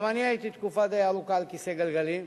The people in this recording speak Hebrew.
גם אני הייתי תקופה די ארוכה על כיסא גלגלים,